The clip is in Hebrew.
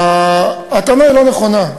הטענה לא נכונה.